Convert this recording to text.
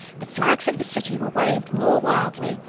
the flags of the city were waved more wildly,